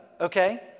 Okay